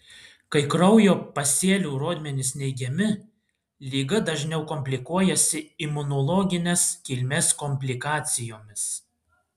kai kraujo pasėlių rodmenys neigiami liga dažniau komplikuojasi imunologinės kilmės komplikacijomis